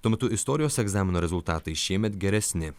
tuo metu istorijos egzamino rezultatai šiemet geresni